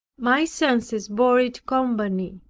my senses bore it company.